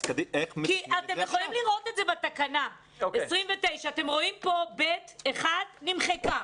אתם יכולים לראות את זה בתקנה 29. אתם רואים כאן (ב)(1) נמחק.